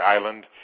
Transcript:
Island